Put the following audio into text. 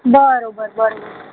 બરાબર બરાબર